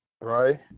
right